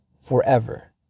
forever